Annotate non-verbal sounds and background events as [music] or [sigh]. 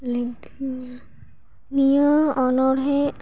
[unintelligible] ᱱᱤᱭᱟᱹ ᱚᱱᱚᱬᱦᱮᱸ